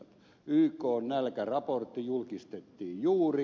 ykn nälkäraportti julkistettiin juuri